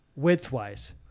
widthwise